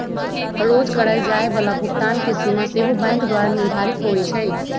रोज करए जाय बला भुगतान के सीमा सेहो बैंके द्वारा निर्धारित होइ छइ